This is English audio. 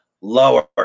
lower